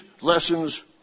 lessons